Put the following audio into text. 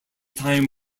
time